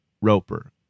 Roper